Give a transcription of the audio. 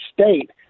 state